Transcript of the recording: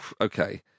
okay